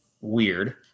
weird